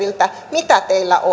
mitä